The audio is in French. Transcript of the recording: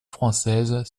française